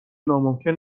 ناممکن